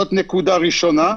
זאת נקודה ראשונה.